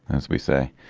as we say,